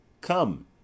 Come